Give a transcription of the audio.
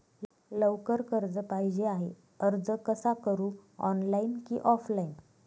लवकर कर्ज पाहिजे आहे अर्ज कसा करु ऑनलाइन कि ऑफलाइन?